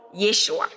Yeshua